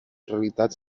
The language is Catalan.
realitats